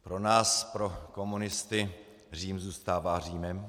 Pro nás pro komunisty Řím zůstává Římem.